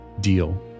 deal